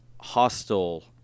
hostile